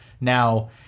Now